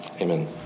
Amen